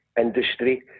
industry